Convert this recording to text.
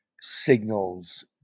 signals